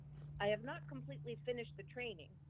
i have not completely finished the training.